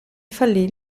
fallì